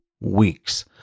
weeks